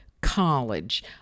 College